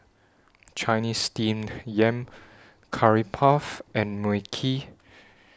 Chinese Steamed Yam Curry Puff and Mui Kee